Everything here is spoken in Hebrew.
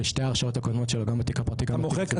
ושתי הרשעות הקודמות שלו גם בתיק הפרטי גם על תיק הציבור.